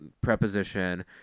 preposition